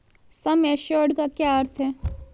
सम assured का क्या अर्थ है?